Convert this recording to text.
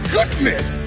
Goodness